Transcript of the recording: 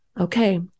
Okay